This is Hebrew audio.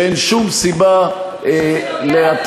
שאין שום סיבה להטיל,